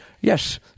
Yes